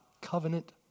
covenant